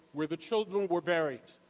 where the children were buried.